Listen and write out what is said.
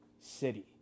city